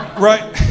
right